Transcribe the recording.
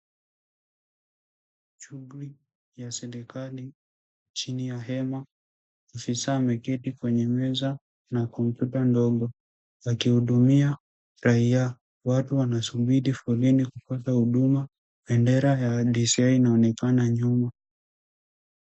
Shuguli ya serikali chini ya hema. Afisaa ameketi kwenye hema na computer ndogo akihudumia raia. Watu wanasubiri foleni kupata huduma. Bendera ya DCI inaonekana nyuma